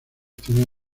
tienen